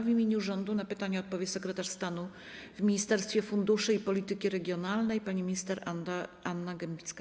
W imieniu rządu na pytania odpowie sekretarz stanu w Ministerstwie Funduszy i Polityki Regionalnej pani minister Anna Gembicka.